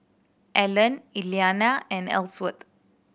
Allan Elliana and Ellsworth